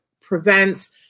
prevents